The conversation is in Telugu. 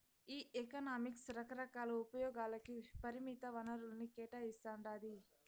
ఈ ఎకనామిక్స్ రకరకాల ఉపయోగాలకి పరిమిత వనరుల్ని కేటాయిస్తాండాది